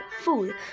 food